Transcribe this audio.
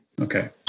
Okay